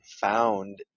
found